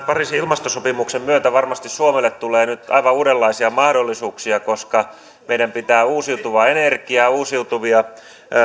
pariisin ilmastosopimuksen myötä varmasti suomelle tulee nyt aivan uudenlaisia mahdollisuuksia koska meidän pitää uusiutuvaa energiaa uusiutuvia